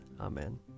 Amen